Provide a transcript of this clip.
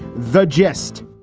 the jeste,